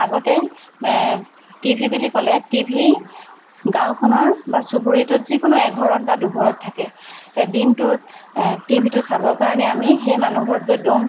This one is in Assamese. আগতে টি ভি বুলি ক'লে টি ভি গাঁওখনৰ বা চুবুৰিটোত যিকোনো এঘৰত বা দুঘৰত থাকে দিনটোত টি ভিটো চাবৰ কাৰণে আমি সেই মানুহ ঘৰত গৈ দ'ম